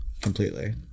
Completely